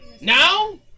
Now